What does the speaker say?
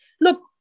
look